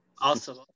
Awesome